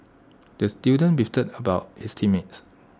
the student beefed about his team mates